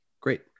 Great